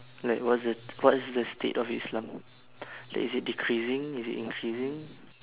like what's the what's the state of islam is it decreasing is it increasing